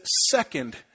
second